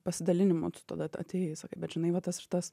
pasidalinimu tu tada at atėjai sakai bet žinai va tas ir tas